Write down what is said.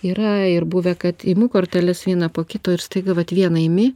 yra ir buvę kad imu korteles vieną po kito ir staiga vat vieną imi